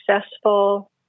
successful